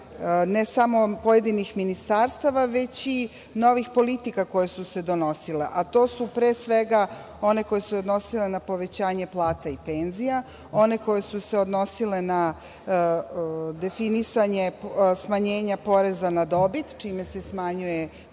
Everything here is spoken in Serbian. ne samo pojedinih ministarstava, već i novih politika koje su se donosile, a to su, pre svega, one koje su se odnosile na povećanje plata i penzija, one koje su se odnosile na definisanje smanjenja poreza na dobit, čime se smanjuje